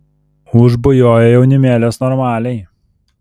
užbujojo jaunimėlis normaliai